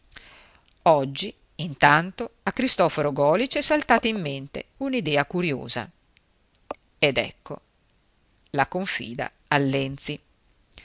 oggi intanto a cristoforo golisch è saltata in mente un'idea curiosa ed ecco la confida al lenzi